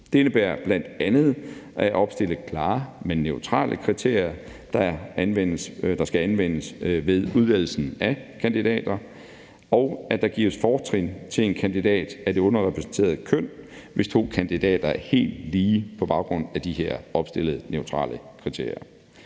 Det indebærer bl.a. at opstille klare, men neutrale kriterier, der skal anvendes ved udvælgelsen af kandidater, og at der gives fortrin til en kandidat af det underrepræsenterede køn, hvis to kandidater er helt lige på baggrund af de her opstillede neutrale kriterier.